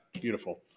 Beautiful